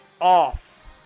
off